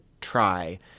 try